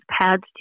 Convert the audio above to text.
pads